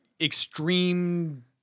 extreme